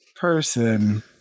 person